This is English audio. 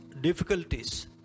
difficulties